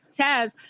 Taz